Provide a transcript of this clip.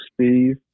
Steve